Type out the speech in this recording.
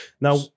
Now